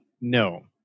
no